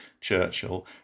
Churchill